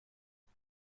همه